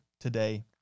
today